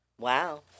Wow